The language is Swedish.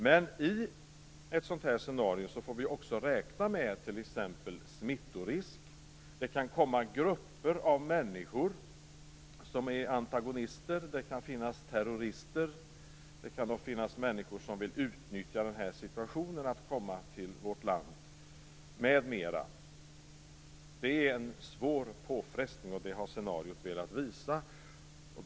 Men i ett sådant scenario får vi räkna med sådant som smittorisk. Det kan komma grupper av antagonistiska människor, terrorister, människor som vill utnyttja situationen av att komma till vårt land, m.m. Scenariot har velat visa att det är fråga om en svår påfrestning.